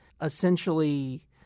essentially